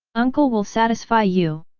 uncle will satisfy you!